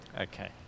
Okay